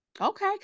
Okay